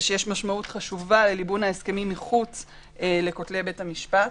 ושיש משמעות חשובה לליבון ההסכמים מחוץ לכותלי בית המשפט.